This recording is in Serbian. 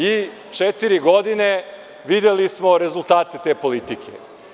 I, četiri godine, videli smo rezultate te politike.